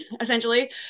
essentially